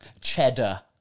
Cheddar